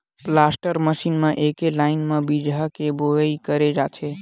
planter मसीन म एके लाइन म बीजहा के बोवई करे जाथे